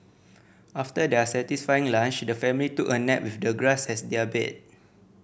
after their satisfying lunch the family took a nap with the grass as their bed